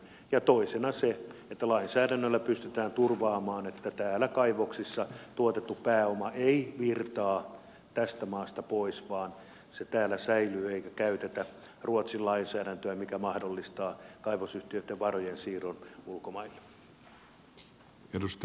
ja toisena on se että lainsäädännöllä pystytään turvaamaan että täällä kaivoksissa tuotettu pääoma ei virtaa tästä maasta pois vaan se täällä säilyy eikä käytetä ruotsin lainsäädäntöä mikä mahdollistaa kaivosyhtiöitten varojensiirron ulkomaille